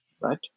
right